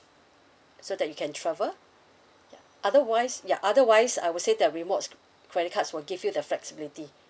so that you can travel ya otherwise ya otherwise I would say the rewards credit cards will give you the flexibility